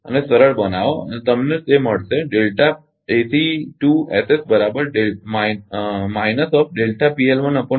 અને સરળ બનાવો તમને તે મળશે ખરુ ને